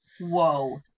whoa